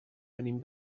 venim